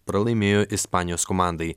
pralaimėjo ispanijos komandai